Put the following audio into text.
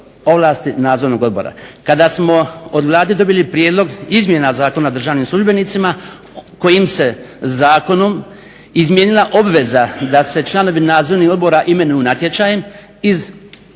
ovlasti Nadzornog odbora. Kada smo od Vlade dobili prijedlog izmjena Zakona o državnim službenicima kojim se zakonom izmijenila obveza da se članovi nadzornih odbora imenuju natječajem iz